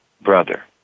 brother